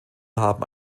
haben